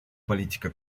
политика